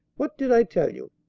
what did i tell you?